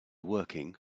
working